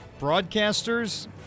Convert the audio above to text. broadcasters